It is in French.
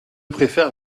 préfère